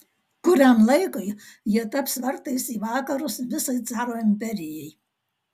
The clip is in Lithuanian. kuriam laikui jie taps vartais į vakarus visai caro imperijai